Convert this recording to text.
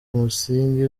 umusingi